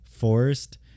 forced